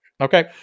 Okay